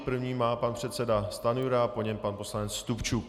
První má pan předseda Stanjura, po něm pan poslanec Stupčuk.